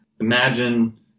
imagine